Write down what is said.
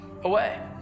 away